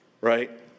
right